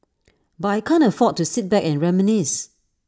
but I can't afford to sit back and reminisce